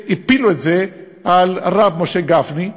והפילו את זה על הרב משה גפני,